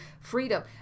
freedom